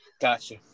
Gotcha